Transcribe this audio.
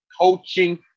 coaching